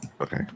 Okay